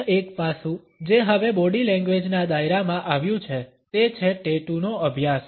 અન્ય એક પાસું જે હવે બોડી લેંગ્વેજના દાયરામાં આવ્યું છે તે છે ટેટૂ નો અભ્યાસ